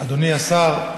אדוני השר,